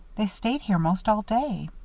they stayed here most all day.